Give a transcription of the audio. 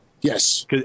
Yes